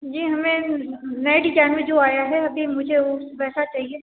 जी हमें नए डिजाइन में जो आया है अभी मुझे वह वैसा चाहिए